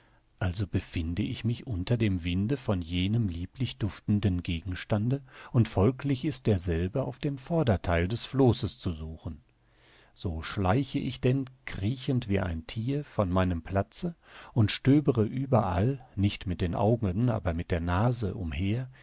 also befinde ich mich unter dem winde von jenem lieblich duftenden gegenstande und folglich ist derselbe auf dem vordertheil des flosses zu suchen so schleiche ich denn kriechend wie ein thier von meinem platze und stöbere überall nicht mit den augen aber mit der nase umher